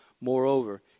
Moreover